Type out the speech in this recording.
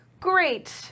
Great